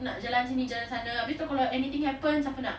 nak jalan sini nak jalan sana habis tu kalau anything happen siapa nak